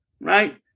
right